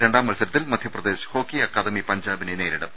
രണ്ടാം മത്സരത്തിൽ Madhya Pradesh hockey academy പഞ്ചാബിനെ നേരിടും